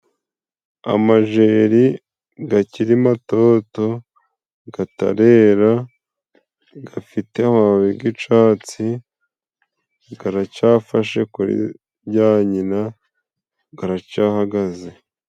Amajeri gakiri matoto gatarera, gafite amababi g'icatsi garacyafashe kuri bya nyina garacyahagaze.